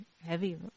heavy